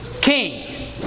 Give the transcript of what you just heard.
king